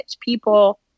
people